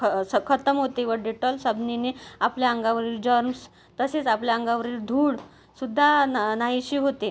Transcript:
ख स खतम होतं व डेटॉल साबणाने आपल्या अंगावरील जर्मस् तसेच आपल्या अंगावरील धूळ सुद्धा ना नाहीशी होते